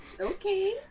Okay